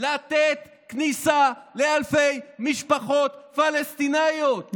לתת כניסה לאלפי משפחות פלסטיניות.